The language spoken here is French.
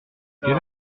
quelle